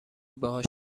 باهاش